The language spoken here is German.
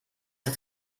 das